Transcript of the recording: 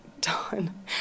done